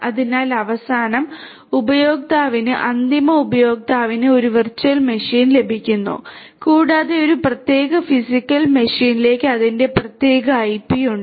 അതിനാൽ അവസാനം ഉപയോക്താവിന് അന്തിമ ഉപയോക്താവിന് ഒരു വെർച്വൽ മെഷീൻ ലഭിക്കുന്നു കൂടാതെ ഒരു പ്രത്യേക ഫിസിക്കൽ മെഷീനിലേക്ക് അതിന്റെ പ്രത്യേക ഐപി ഉണ്ട്